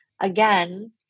again